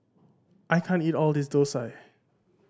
I can't eat all of this dosa